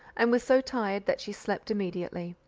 and was so tired that she slept immediately.